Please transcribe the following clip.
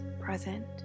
present